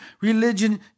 religion